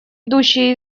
идущие